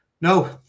no